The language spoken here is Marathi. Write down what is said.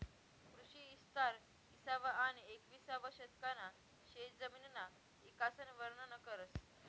कृषी इस्तार इसावं आनी येकविसावं शतकना शेतजमिनना इकासन वरनन करस